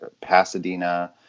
Pasadena